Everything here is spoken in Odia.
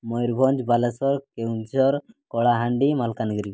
ମୟୂରଭଞ୍ଜ ବାଲେଶ୍ୱର କେଉଁଝର କଳାହାଣ୍ଡି ମାଲକାନଗିରି